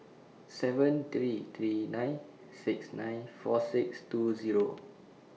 seven three three nine six nine four six two Zero